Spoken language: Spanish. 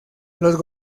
los